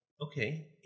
Okay